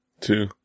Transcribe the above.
two